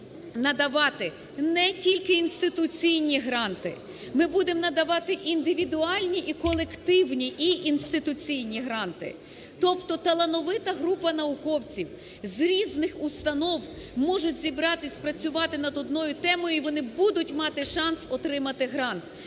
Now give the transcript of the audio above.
надавати не тільки інституційні гранти, ми будемо надавати індивідуальні і колективні, і інституційні гранти. Тобто талановита група науковців з різних установ можуть зібратись працювати над одною темою, і вони будуть мати шанс отримати грант,